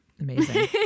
Amazing